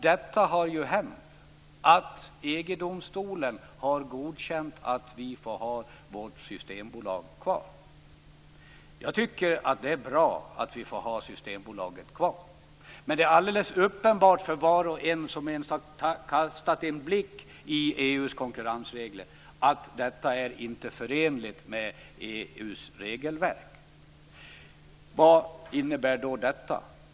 Detta har ju hänt - EG-domstolen har godkänt att vi får ha kvar vårt systembolag. Jag tycker att det är bra att vi får ha Systembolaget kvar. Men det är alldeles uppenbart för var och en som kastat en blick på EU:s konkurrensregler att detta inte är förenligt med EU:s regelverk. Vad innebär då detta?